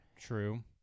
true